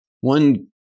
one